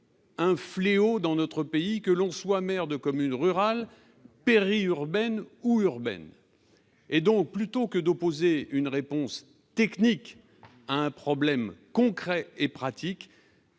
un fléau dans notre pays, que l'on soit maire de commune rurale, péri-urbaine ou urbaine. Plutôt que d'opposer une réponse technique à un problème concret et pratique,